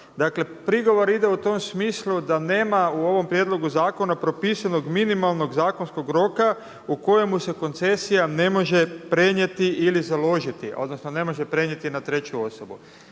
Dakle prigovor ide u tom smislu da nema u ovom prijedlogu zakona propisanog minimalnog zakonskog roka u kojemu se koncesija ne može prenijeti ili založiti odnosno ne može prenijeti na treću osobu.